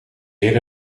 heer